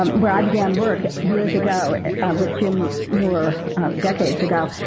um where i began work years ago with jim moore decades ago.